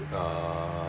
uh